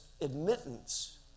admittance